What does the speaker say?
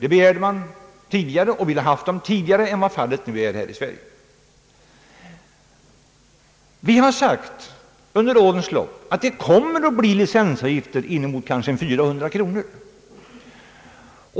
Det begärde man tidigare och har velat ha höjningar tidigare än vad fallet är. Vi har under årens lopp sagt att det kommer att bli licensavgifter på inemot 400 kronor.